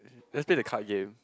let's play the card game